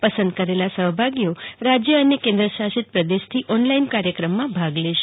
પસંદ કરેલા સહભાગીઓ રાજ્ય અને કેન્દ્રશાસિત પ્રદેશથી ઓનલાઇન કાર્યક્રમમાં ભાગ લેશે